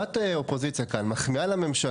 הזה יישמע.